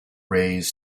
raised